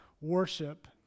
worship